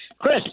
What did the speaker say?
Chris